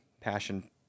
passion